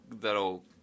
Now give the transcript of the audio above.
that'll